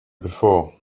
before